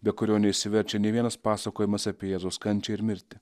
be kurio neišsiverčia ne vienas pasakojimas apie jėzaus kančią ir mirtį